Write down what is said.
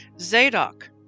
Zadok